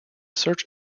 search